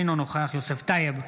אינו נוכח יוסף טייב,